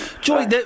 Joy